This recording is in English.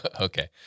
Okay